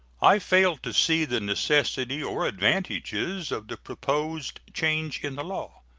i fail to see the necessity or advantages of the proposed change in the law,